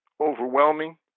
overwhelming